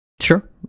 Sure